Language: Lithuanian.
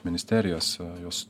ministerijas jos